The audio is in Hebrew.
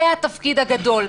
זה התפקיד הגדול.